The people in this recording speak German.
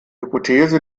hypothese